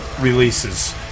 releases